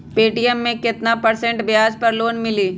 Paytm मे केतना percent ब्याज पर लोन मिली?